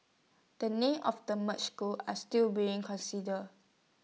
the names of the merged schools are still being considered